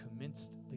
commenced